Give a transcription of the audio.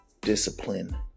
Discipline